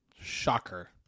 shocker